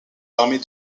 l’armée